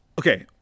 Okay